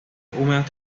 húmedas